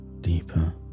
deeper